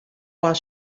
while